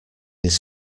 his